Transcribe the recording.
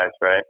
right